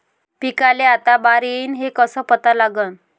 पिकाले आता बार येईन हे कसं पता लागन?